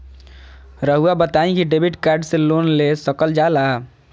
रहुआ बताइं कि डेबिट कार्ड से लोन ले सकल जाला?